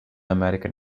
american